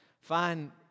Fine